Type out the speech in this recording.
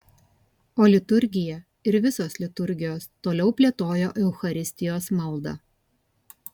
o liturgija ir visos liturgijos toliau plėtojo eucharistijos maldą